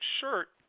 shirt